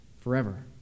forever